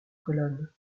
colonne